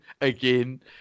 again